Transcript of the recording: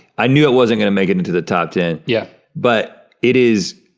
i knew it wasn't gonna make it into the top ten. yeah. but it is,